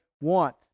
want